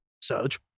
Surge